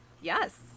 Yes